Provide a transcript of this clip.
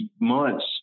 months